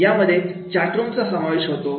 यामध्ये चाट रूमचा समावेश होतो